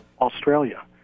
Australia